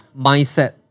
mindset